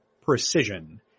precision